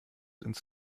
ins